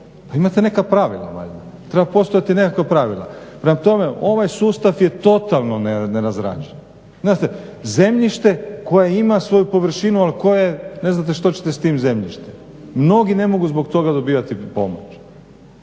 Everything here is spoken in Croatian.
imate neka pravila valjda. Trebaju postojati nekakva pravila. Prema tome, ovaj sustav je totalno nerazrađen. Znate, zemljište koje ima svoju površinu ali koje ne znate što ćete s tim zemljištem. Mnogi ne mogu zbog toga dobivati pomoć.